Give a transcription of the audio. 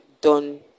done